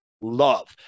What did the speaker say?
love